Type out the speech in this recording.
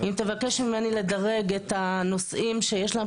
אם תבקש ממני לדרג את הנושאים שיש להם